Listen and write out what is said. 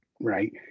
right